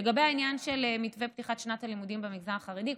לגבי העניין של מתווה פתיחת שנת הלימודים במגזר החרדי,